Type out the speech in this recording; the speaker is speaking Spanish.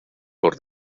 por